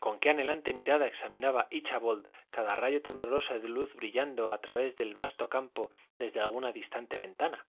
con qué anhelante mirada examinaba íchabod cada rayo tembloroso de luz brillando a través del vasto campo desde alguna distante ventana